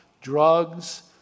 drugs